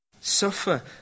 Suffer